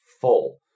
full